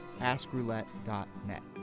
askroulette.net